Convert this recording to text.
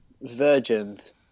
virgins